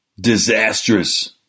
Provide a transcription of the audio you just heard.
disastrous